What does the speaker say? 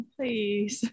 please